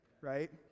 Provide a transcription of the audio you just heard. right